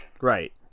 Right